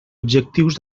objectius